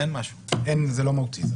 זה לא מהותי.